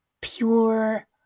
pure